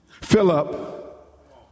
philip